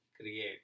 create